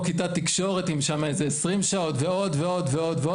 כיתת תקשורת עם שם איזה 20 שעות ועוד ועוד ועוד.